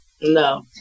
No